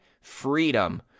freedom